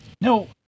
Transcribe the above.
No